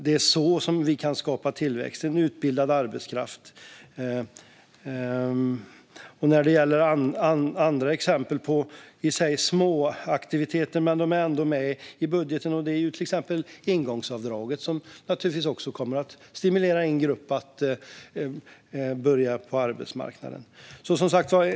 Det är så och genom en utbildad arbetskraft som vi kan skapa tillväxt. De andra exemplen kallar Niklas Wykman för småaktiviteter, men de finns ändå med i budgeten. Här finns bland annat ingångsavdraget, som naturligtvis kommer att stimulera en grupp att komma in på arbetsmarknaden.